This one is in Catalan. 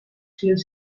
fills